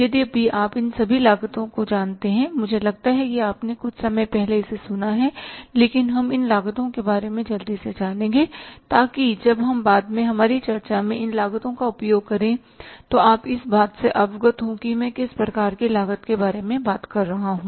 यद्यपि आप इन सभी लागतों को जानते हैं मुझे लगता है कि आपने कुछ समय पहले इसे सुना है लेकिन हम इन लागतों के बारे में जल्दी से जानेंगे ताकि जब हम बाद में हमारी चर्चा में इन लागतों का उपयोग करें तो आप इस बात से अवगत हों कि मैं किस प्रकार की लागत के बारे में बात कर रहा हूं